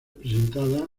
presentada